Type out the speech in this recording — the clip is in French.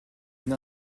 une